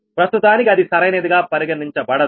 ప్రస్తుతానికి అది సరైనదిగా పరిగణించబడదు